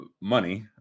money